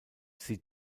sie